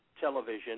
television